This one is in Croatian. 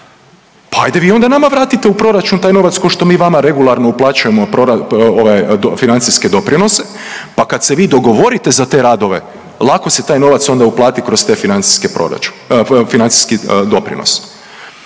Pa ajde vi onda nama vratite u proračun taj novac kao što mi vama regularno uplaćujemo financijske doprinose pa kad se vi dogovorite za te radove, lako se taj novac onda uplati kroz te financijske proračune,